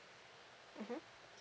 mmhmm